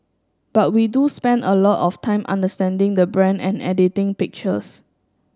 but we do spend a lot of time understanding the brand and editing pictures